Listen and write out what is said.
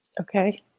Okay